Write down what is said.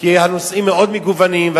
כי הנושאים מגוונים מאוד,